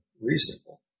reasonable